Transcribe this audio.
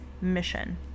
mission